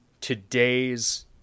today's